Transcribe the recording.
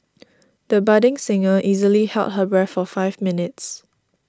the budding singer easily held her breath for five minutes